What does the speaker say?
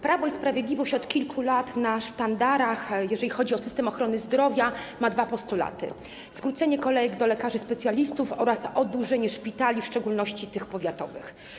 Prawo i Sprawiedliwość od kilku lat ma na sztandarach, jeżeli chodzi o system ochrony zdrowia, dwa postulaty: skrócenie kolejek do lekarzy specjalistów oraz oddłużenie szpitali, w szczególności tych powiatowych.